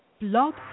Blog